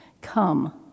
Come